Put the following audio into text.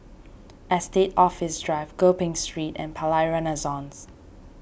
Estate Office Drive Gopeng Street and Palais Renaissance